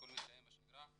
הכל מתקיים בשגרה,